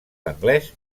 anglès